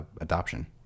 adoption